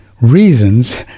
reasons